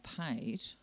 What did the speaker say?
paid